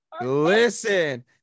listen